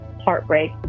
heartbreak